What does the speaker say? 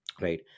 right